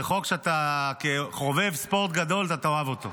זה חוק שאתה כחובב ספורט גדול תאהב אותו.